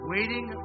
Waiting